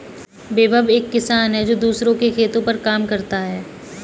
विभव एक किसान है जो दूसरों के खेतो पर काम करता है